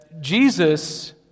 Jesus